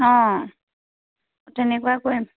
অঁ তেনেকুৱাই কৰিম